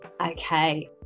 Okay